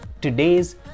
today's